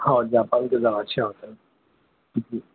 ہاں جاپان کے ذرا اچھا ہوتا ہے جی